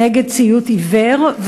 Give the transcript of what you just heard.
נגד ציות עיוור.